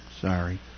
Sorry